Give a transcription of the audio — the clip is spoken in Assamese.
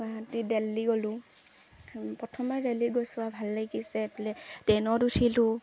গুৱাহাটী দিল্লী গ'লোঁ আ প্ৰথমে দিল্লী গৈছোঁ আৰু ভাল লাগিছে পে ট্ৰেইনত উঠিলোঁ